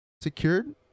secured